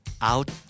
Out